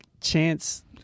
Chance